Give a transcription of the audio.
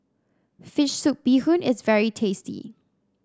fish soup Bee Hoon is very tasty